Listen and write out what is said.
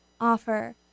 offer